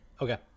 Okay